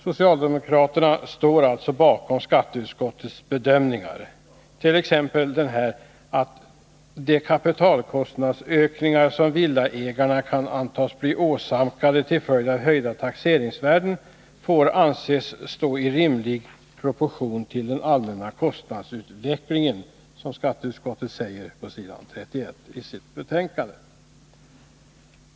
Socialdemokraterna står alltså bakom skatteutskottets bedömningar, t.ex.: ”De kapitalkostnadsökningar som villaägarna kan antas bli åsamkade till följd av höjda taxeringsvärden får anses stå i rimlig proportion till den allmänna kostnadsutvecklingen”, som skatteutskottet säger på s. 31 i sitt betänkande.